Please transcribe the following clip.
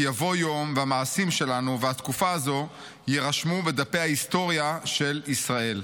כי יבוא יום והמעשים שלנו והתקופה הזאת יירשמו בדפי ההיסטוריה של ישראל.